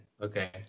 Okay